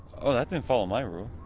oh, that didn't follow my rule.